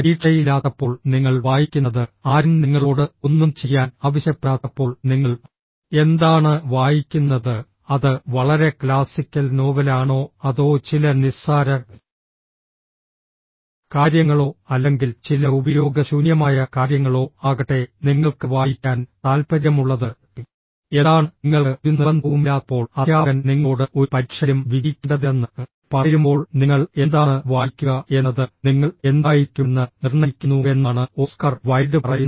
പരീക്ഷയില്ലാത്തപ്പോൾ നിങ്ങൾ വായിക്കുന്നത് ആരും നിങ്ങളോട് ഒന്നും ചെയ്യാൻ ആവശ്യപ്പെടാത്തപ്പോൾ നിങ്ങൾ എന്താണ് വായിക്കുന്നത് അത് വളരെ ക്ലാസിക്കൽ നോവലാണോ അതോ ചില നിസ്സാര കാര്യങ്ങളോ അല്ലെങ്കിൽ ചില ഉപയോഗശൂന്യമായ കാര്യങ്ങളോ ആകട്ടെ നിങ്ങൾക്ക് വായിക്കാൻ താൽപ്പര്യമുള്ളത് എന്താണ് നിങ്ങൾക്ക് ഒരു നിർബന്ധവുമില്ലാത്തപ്പോൾ അദ്ധ്യാപകൻ നിങ്ങളോട് ഒരു പരീക്ഷയിലും വിജയിക്കേണ്ടതില്ലെന്ന് പറയുമ്പോൾ നിങ്ങൾ എന്താണ് വായിക്കുക എന്നത് നിങ്ങൾ എന്തായിരിക്കുമെന്ന് നിർണ്ണയിക്കുന്നുവെന്നാണ് ഓസ്കാർ വൈൽഡ് പറയുന്നത്